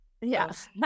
Yes